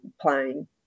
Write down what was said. playing